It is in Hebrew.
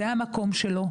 זה המקום שלו,